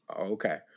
Okay